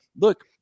look